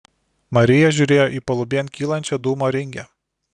marija žiūrėjo į palubėn kylančią dūmo ringę